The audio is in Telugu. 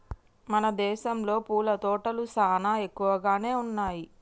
మన దేసంలో పూల తోటలు చానా ఎక్కువగానే ఉన్నయ్యి